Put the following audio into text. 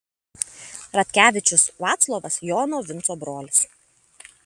radkevičius vaclovas jono vinco brolis